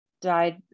died